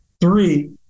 Three